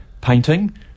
painting